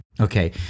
Okay